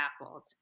baffled